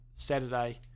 Saturday